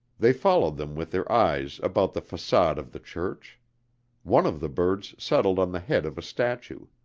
they followed them with their eyes about the facade of the church one of the birds settled on the head of a statue.